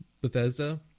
Bethesda